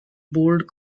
bold